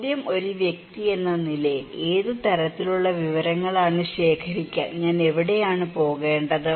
ചോദ്യം ഒരു വ്യക്തി എന്ന നിലയിൽ ഏത് തരത്തിലുള്ള വിവരങ്ങളാണ് ശേഖരിക്കാൻ ഞാൻ എവിടെ നിന്ന് പോകേണ്ടത്